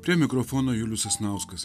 prie mikrofono julius sasnauskas